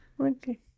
okay